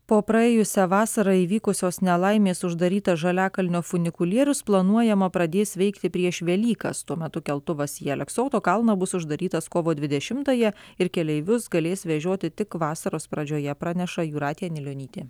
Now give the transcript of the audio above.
po praėjusią vasarą įvykusios nelaimės uždarytas žaliakalnio funikulierius planuojama pradės veikti prieš velykas tuo metu keltuvas į aleksoto kalną bus uždarytas kovo dvidešimtąją ir keleivius galės vežioti tik vasaros pradžioje praneša jūratė anilionytė